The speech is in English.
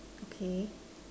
okay